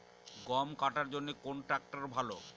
গম কাটার জন্যে কোন ট্র্যাক্টর ভালো?